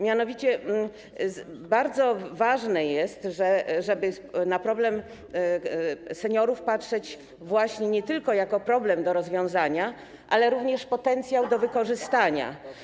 Mianowicie bardzo ważne jest, żeby na problem seniorów patrzeć nie tylko jako na problem do rozwiązania, ale również potencjał do wykorzystania.